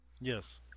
Yes